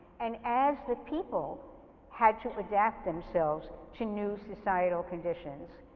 and as the people had to adapt themselves to new societal conditions.